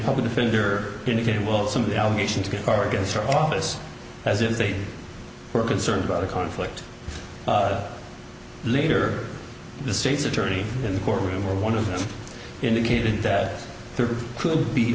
public defender indicated will some of the allegations get her against her office as if they were concerned about a conflict later the state's attorney in the courtroom one of them indicated that there could be